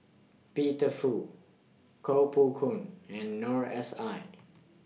Peter Fu Kuo Pao Kun and Noor S I